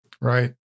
right